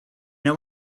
know